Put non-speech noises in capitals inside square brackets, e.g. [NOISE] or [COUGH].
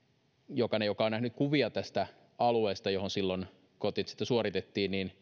jokainen joka on nähnyt kuvia tästä alueesta johon silloin kotietsintä suoritettiin [UNINTELLIGIBLE]